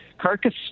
Carcass